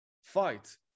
fight